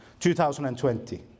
2020